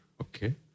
okay